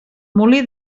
molí